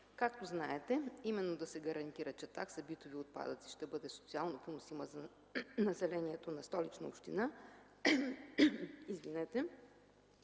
Както знаете, именно за да се гарантира, че такса битови отпадъци ще бъде социално поносима за населението на Столичната община, се